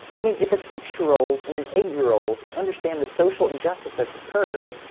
i mean if a six year old and an eight year old can understand the social injustice that's occurred,